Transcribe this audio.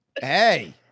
Hey